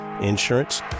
insurance